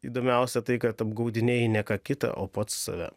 įdomiausia tai kad apgaudinėji ne ką kitą o pats save